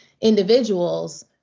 individuals